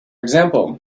example